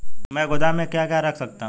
मैं गोदाम में क्या क्या रख सकता हूँ?